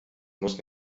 muss